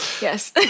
Yes